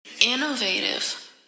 innovative